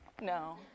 no